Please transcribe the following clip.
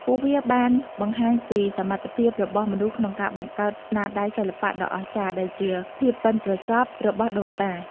ពួកវាបានបង្ហាញពីសមត្ថភាពរបស់មនុស្សក្នុងការបង្កើតស្នាដៃសិល្បៈដ៏អស្ចារ្យ ដែលជាភាពប៉ិនប្រសប់របស់ដូនតា។